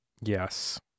Yes